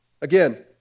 Again